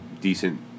decent